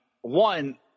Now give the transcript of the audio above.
one